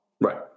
Right